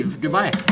Goodbye